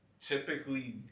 typically